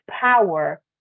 power